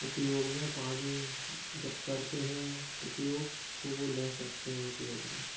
उपयोग में पानी जब करते हैं उपयोग तो वो ले सकते हैं उपयोग में